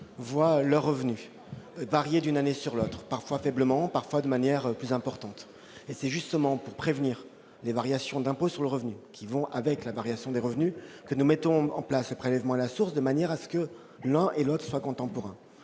voient leurs revenus varier d'une année sur l'autre, parfois faiblement, parfois de manière plus importante. C'est justement pour prévenir les variations d'impôt sur le revenu qui découlent de cette variation de revenu que nous mettons en place le prélèvement à la source, de manière que l'un et l'autre soient contemporains.